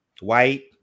White